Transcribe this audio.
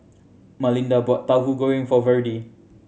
Malinda bought Tauhu Goreng for Virdie